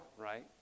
right